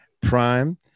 Prime